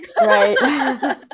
right